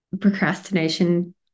procrastination